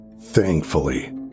Thankfully